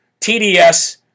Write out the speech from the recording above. TDS